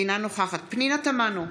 אינה נוכחת פנינה תמנו,